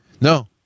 No